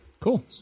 Cool